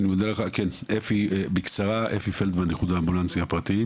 אפי פלדמן, מנכ"ל איחוד האמבולנסים בישראל.